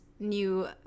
new